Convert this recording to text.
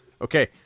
Okay